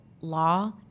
law